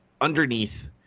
Underneath